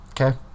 Okay